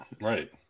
right